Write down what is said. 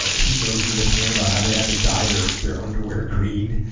he goes into this thing about how they had to dye their their underwear green